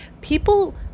People